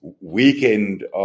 weekend